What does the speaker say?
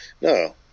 No